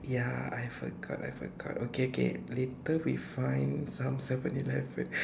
ya I forgot I forgot okay okay later we find some seven eleven